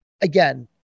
again